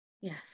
Yes